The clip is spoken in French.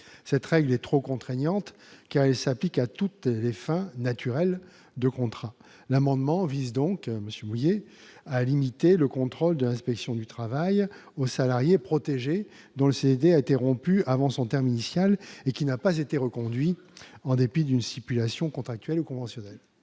Cette règle est trop contraignante, car elle s'applique à toutes les fins naturelles de contrat. Le présent amendement vise donc à limiter le contrôle de l'inspection du travail aux salariés protégés dont le CDD a été rompu avant son terme initial et qui n'a pas été reconduit, en dépit d'une stipulation contractuelle ou conventionnelle.